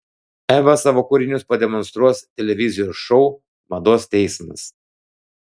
eva savo kūrinius pademonstruos televizijos šou mados teismas